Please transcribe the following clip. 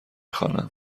خوانم